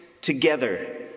together